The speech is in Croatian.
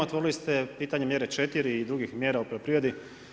Otvorili ste pitanje mjere 4. i drugih mjera u poljoprivredi.